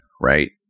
right